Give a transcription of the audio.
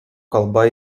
kalba